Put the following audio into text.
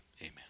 amen